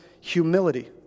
humility